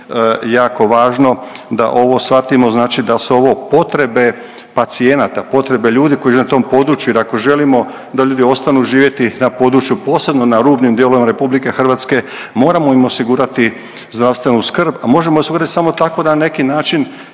jako važno da ovo shvatimo znači da su ovo potrebe pacijenata, potrebe ljudi koji na tom području, jer ako želimo da ljudi ostanu živjeti na području, posebno na rubnim dijelovima RH, moramo im osigurati zdravstvenu skrb, a možemo osigurat samo tako da na neki način